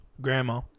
Grandma